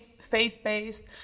faith-based